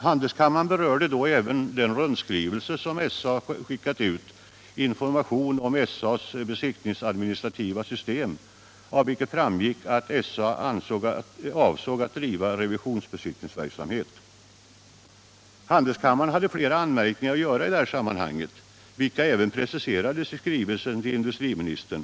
Handelskammaren berörde då även den rundskrivelse, som SA skickat ut, ”Information om AB S.A:s besiktningsadministrativa system”, av vilken framgick att SA avsåg att driva revisionsbesiktningsverksamhet. Handelskammaren hade flera anmärkningar att göra i detta sammanhang, vilka även preciserades i skrivelsen till industriministern.